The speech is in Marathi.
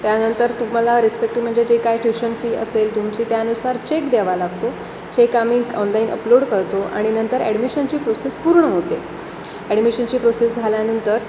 त्यानंतर तुम्हाला रिस्पेक्टिव्ह म्हणजे जे काही ट्यूशन फी असेल तुमची त्यानुसार चेक द्यावा लागतो चेक आम्ही ऑनलाईन अपलोड करतो आणि नंतर ॲडमिशनची प्रोसेस पूर्ण होते ॲडमिशनची प्रोसेस झाल्यानंतर